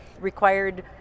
required